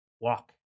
walk